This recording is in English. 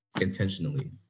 Intentionally